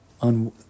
on